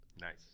Nice